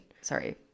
sorry